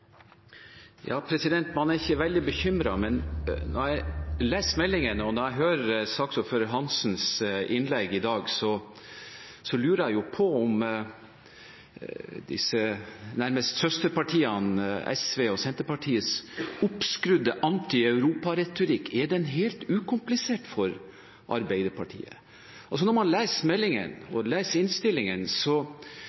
ikke veldig bekymret, men når jeg leser meldingen og hører saksordfører Hansens innlegg i dag, lurer jeg jo på om disse nærmest søsterpartienes – SV og Senterpartiet – oppskrudde anti-Europa-retorikk er helt ukomplisert for Arbeiderpartiet. Når man leser meldingen